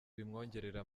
bimwongerera